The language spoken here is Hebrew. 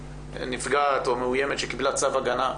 לנפגעת או מאוימת שקיבלה צו הגנה.